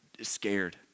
scared